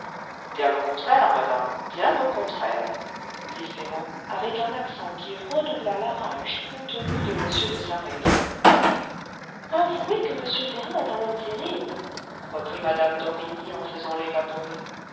bien au contraire madame bien au contraire dit ferrand avec un accent qui redoubla la rage contenue de m de saint-remy avouez que m ferrand est un homme terrible reprit mme d'orbigny en faisant l'évaporée